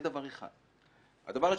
דבר שני,